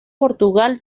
portugal